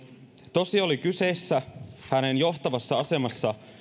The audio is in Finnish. tosi oli kyseessä hänen johtavassa asemassa